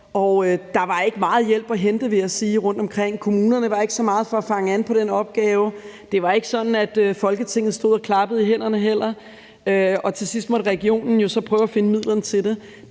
der var ikke meget hjælp at hente rundtomkring, vil jeg sige. Kommunerne var ikke så meget for at fange an med den opgave. Det var heller ikke sådan, at man i Folketinget stod og klappede i hænderne, og til sidst måtte regionen jo så prøve at finde midlerne til det.